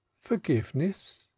forgiveness